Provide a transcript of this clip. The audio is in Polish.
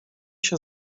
się